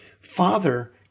Father